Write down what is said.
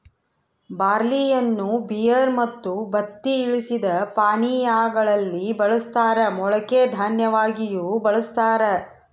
ಬಾರ್ಲಿಯನ್ನು ಬಿಯರ್ ಮತ್ತು ಬತ್ತಿ ಇಳಿಸಿದ ಪಾನೀಯಾ ಗಳಲ್ಲಿ ಬಳಸ್ತಾರ ಮೊಳಕೆ ದನ್ಯವಾಗಿಯೂ ಬಳಸ್ತಾರ